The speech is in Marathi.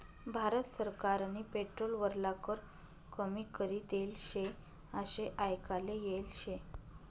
भारत सरकारनी पेट्रोल वरला कर कमी करी देल शे आशे आयकाले येल शे